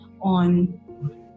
on